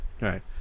Right